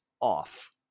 off